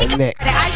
next